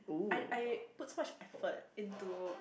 I I put much effort into